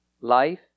life